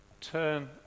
Turn